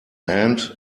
end